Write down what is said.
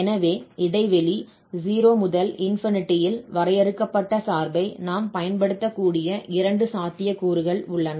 எனவே இடைவெளி 0 முதல் ல் வரையறுக்கப்பட்ட சார்பை நாம் பயன்படுத்தக்கூடிய இரண்டு சாத்தியக்கூறுகள் உள்ளன